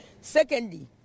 Secondly